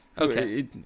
Okay